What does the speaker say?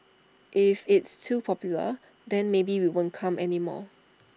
if it's too popular then maybe we won't come anymore